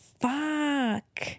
Fuck